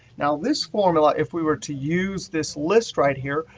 now, this formula, if we were to use this list right here,